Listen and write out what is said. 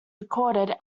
recorded